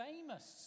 famous